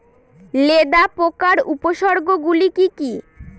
লেদা পোকার উপসর্গগুলি কি কি?